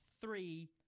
three